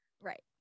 right